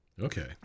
Okay